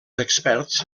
experts